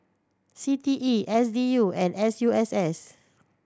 C T E S D U and S U S S